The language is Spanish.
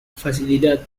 facilidad